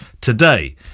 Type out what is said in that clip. Today